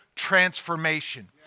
transformation